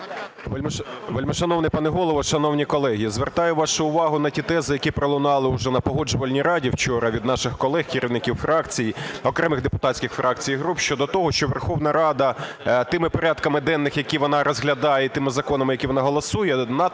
Вельмишановний пане Голово, шановні колеги! Звертаю вашу увагу на ті тези, які пролунали вже на Погоджувальній раді вчора від наших колег керівників фракцій, окремих депутатських фракцій і груп щодо того, що Верховна Рада тими порядками денними, які вона розглядає і тими законами, які вона голосує, надто відірвана